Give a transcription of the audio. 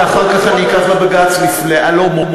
ואחר כך אני אלקח לבג"ץ על-ידי הלא-מורשים?